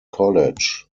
college